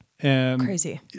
Crazy